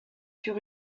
sur